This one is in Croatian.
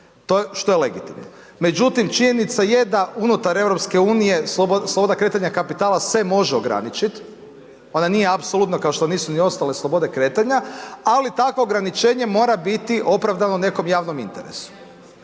što je legitimno. Međutim, činjenica je da unutar EU sloboda kretanja kapitala se može ograničit, ona nije apsolutna kao što nisu ni ostale slobode kretanja, ali takvo ograničenje mora biti opravdano nekom javnom interesu.